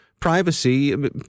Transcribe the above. privacy